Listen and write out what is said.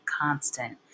constant